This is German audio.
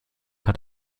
hat